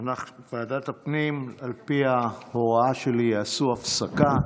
ועדת הפנים, על פי ההוראה שלי יעשו הפסקה.